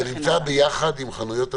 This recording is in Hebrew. כן, זה נמצא ביחד עם חנויות המסחר.